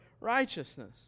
righteousness